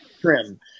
trim